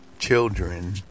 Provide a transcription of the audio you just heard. Children